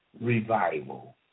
revival